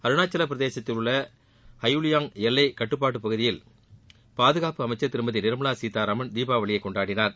அருணாச்சல பிரதேசத்தில் உள்ள ஹையுலியாங் எல்லை கட்டுப்பாட்டுபகுதியில் பாதுகாப்பு அமைச்சர் திருமதி நிர்மலா சீதாராமன் தீபாவளியை கொண்டாடினார்